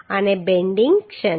અને બેન્ડિંગ ક્ષણ